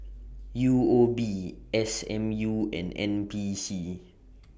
U O B S M U and N P C